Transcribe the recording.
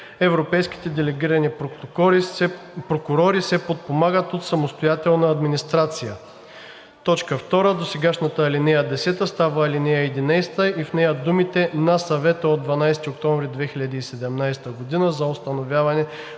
европейските делегирани прокурори се подпомагат от самостоятелна администрация.“ 2. Досегашната ал. 10 става ал. 11 и в нея думите „на Съвета от 12 октомври 2017 г. за установяване на